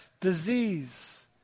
Disease